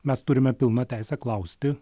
mes turime pilną teisę klausti